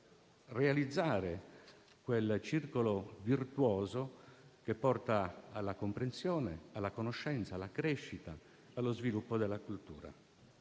realizzare il circolo virtuoso che porta alla comprensione, alla conoscenza, alla crescita e allo sviluppo della cultura.